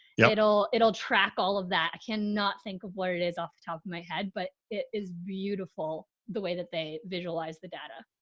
yeah it'll, it'll track all of that. i cannot think of where it is off the top of my head, but it is beautiful the way that they visualize the data.